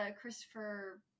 christopher